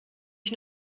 ich